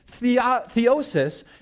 theosis